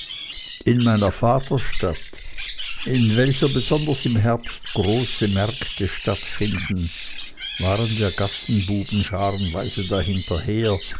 in meiner vaterstadt in welcher besonders im herbst große märkte stattfinden waren wir gassenbuben scharenweise dahinter her